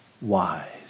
wise